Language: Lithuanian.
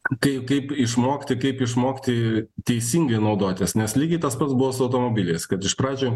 kai kaip išmokti kaip išmokti teisingai naudotis nes lygiai tas pats buvo su automobiliais kad iš pradžių